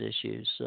issues